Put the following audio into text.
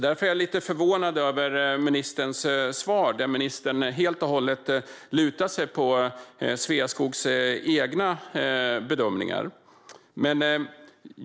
Därför är jag lite förvånad över ministerns svar, i vilket han helt och hållet lutar sig mot Sveaskogs egna bedömningar.